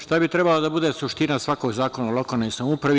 Šta bi trebalo da bude suština svakog zakona o lokalnoj samoupravi?